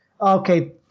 Okay